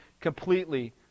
completely